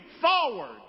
forward